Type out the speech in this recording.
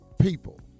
people